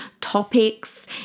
topics